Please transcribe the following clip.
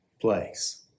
place